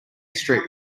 street